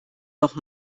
noch